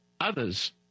others